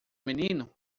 menino